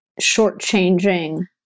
shortchanging